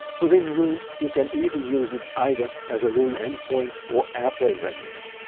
within roon you can even use it either as roon endpoint or airplay renderer.